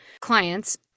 clients